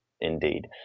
indeed